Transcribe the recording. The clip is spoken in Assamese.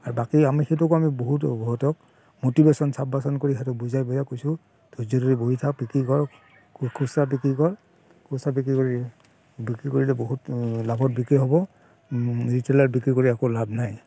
আৰু বাকী আমি সেইটোক আমি বহুত বহুতক মটিভেশ্যন চাব্বাচন কৰি কথাটো বুজাই বুজাই কৈছোঁ ধৈৰ্য ধৰি বহি থাকক বিক্ৰী কৰক খুচুৰা বিক্ৰী কৰ খুচৰা বিক্ৰী কৰি বিক্ৰী কৰিলে বহুত লাভত বিক্ৰী হ'ব ৰিটেইলাৰক বিক্ৰী কৰি একো লাভ নাই